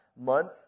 month